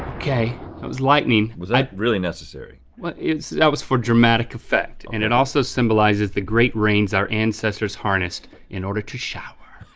okay, that was lightning. was that really necessary? well that was for dramatic effect and it also symbolizes the great rains our ancestors harnessed in order to shower.